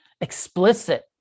Explicit